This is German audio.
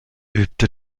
übte